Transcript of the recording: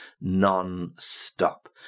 non-stop